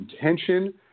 intention